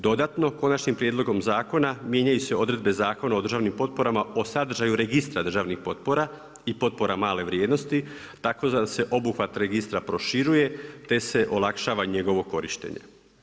Dodatno, konačnim prijedlogom zakona, mijenjaju se odredbe Zakona o državni potporama, o sadržaju registra državnih potpora i potpora male vrijednosti, tako da se obuhvat registra proširuje, te se olakšava njegovo korištenje.